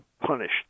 Punished